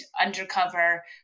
undercover